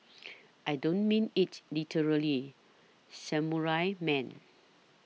I don't mean it literally Samurai man